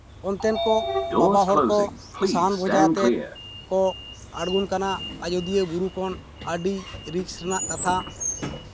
ᱚᱱᱛᱮᱱ ᱠᱚ ᱵᱟᱵᱟ ᱦᱚᱲ ᱠᱚ ᱥᱟᱦᱟᱱ ᱵᱚᱡᱷᱟ ᱟᱛᱮᱜ ᱠᱚ ᱟᱬᱜᱚᱱ ᱠᱟᱱᱟ ᱟᱨ ᱡᱩᱫᱤᱭᱳ ᱵᱩᱨᱩ ᱠᱷᱚᱱ ᱟᱹᱰᱤ ᱨᱤᱠᱥ ᱨᱮᱱᱟᱜ ᱠᱟᱛᱷᱟ